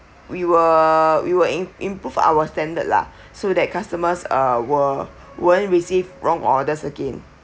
we will we will im~ improve our standard lah so that customers uh were won't received wrong orders again